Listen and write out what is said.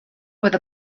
with